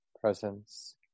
presence